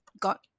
got